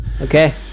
Okay